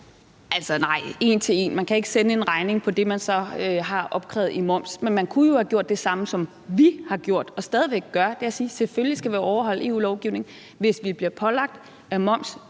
kan ikke en til en sende en refundering på det, man så har opkrævet i moms, men man kunne jo have gjort det samme, som vi har gjort og stadig væk gør, og det er at sige: Selvfølgelig skal vi overholde EU-lovgivningen, og hvis vi bliver pålagt at måtte